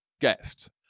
guests